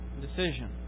decision